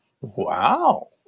wow